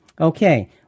Okay